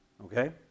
Okay